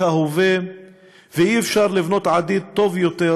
ההווה ואי-אפשר לבנות עתיד טוב יותר,